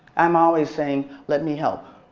i'm always saying let me help,